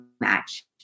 match